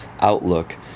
outlook